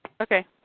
Okay